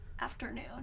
afternoon